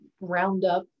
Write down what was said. Roundup